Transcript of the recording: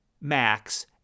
Max